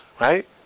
right